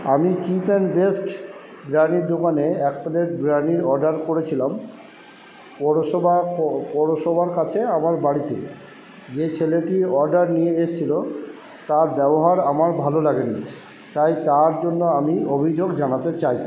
আমি cheap and best দোকানে এক প্লেট অর্ডার করেছিলাম পৌরসভা পৌরসভার কাছে আমার বাড়িতে যে ছেলেটি অর্ডার নিয়ে এসছিলো তার ব্যবহার আমার ভালো লাগেনি তাই তার জন্য আমি অভিযোগ জানাতে চাই